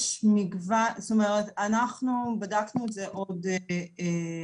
יש מגוון, זאת אומרת אנחנו בדקנו את זה עוד בקיץ.